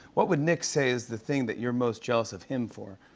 what would nick say is the thing that you're most jealous of him for?